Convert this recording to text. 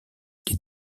les